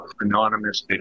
Anonymous